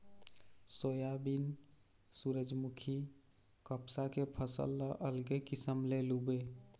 soybean, सूरजमूखी, कपसा के फसल ल अलगे किसम ले लूबे